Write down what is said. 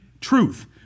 truth